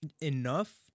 enough